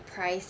priced